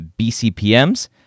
BCPMs